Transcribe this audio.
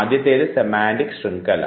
ആദ്യത്തേതാണ് സെമാൻറിക് ശൃംഖല